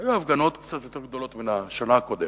היו הפגנות קצת יותר גדולות מאשר בשנה הקודמת,